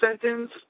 sentence –